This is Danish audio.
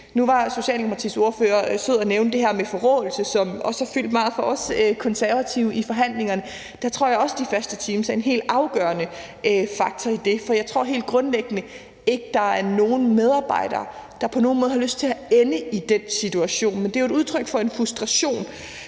Nu var Socialdemokratiets ordfører sød at nævne det her med forråelse, som også har fyldt meget for os Konservative i forhandlingerne. Der tror jeg også, at de faste teams er en helt afgørende faktor, for jeg tror helt grundlæggende ikke, der er nogen medarbejdere, der på nogen måde har lyst til at ende i den situation, men det er jo et udtryk for en frustration